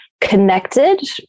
connected